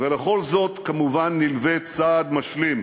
ולכל זאת כמובן נלווה צעד משלים,